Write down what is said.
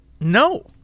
No